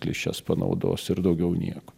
klišes panaudos ir daugiau nieko